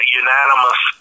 unanimous